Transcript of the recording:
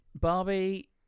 Barbie